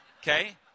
Okay